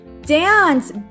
Dance